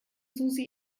susi